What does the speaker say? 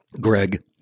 Greg